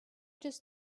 just